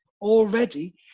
already